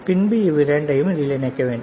பின்பு இவையிரண்டையும் இதில் இணைக்க வேண்டும்